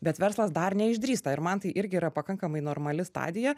bet verslas dar neišdrįsta ir man tai irgi yra pakankamai normali stadija